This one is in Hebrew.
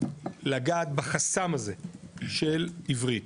לגעת בחסם הזה של עברית,